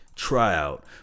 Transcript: tryout